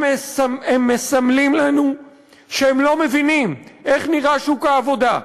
הם מסמלים לנו שהם לא מבינים איך נראה שוק העבודה,